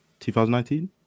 2019